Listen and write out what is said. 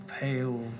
pale